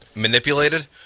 manipulated